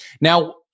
Now